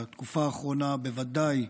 בתקופה האחרונה בוודאי,